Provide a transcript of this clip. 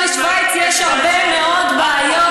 גם לשווייץ יש הרבה מאוד בעיות.